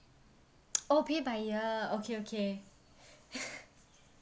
oh pay by year okay okay